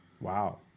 wow